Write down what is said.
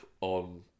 on